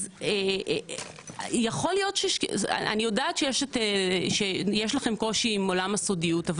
אז אני יודעת שיש לכם קושי עם עולם הסודיות,